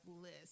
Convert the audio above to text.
list